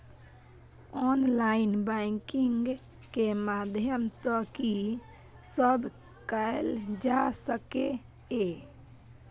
Online banking के माध्यम सं की सब कैल जा सके ये?